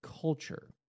culture